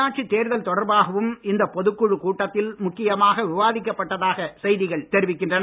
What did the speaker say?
உள்ளாட்சித் தேர்தல் தொடர்பாகவும் இந்த பொதுக் குழு கூட்டத்தில் முக்கியமாக விவாதிக்கப்பட்டதாக செய்திகள் தெரிவிக்கின்றன